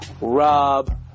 Rob